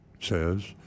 says